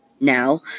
Now